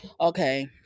Okay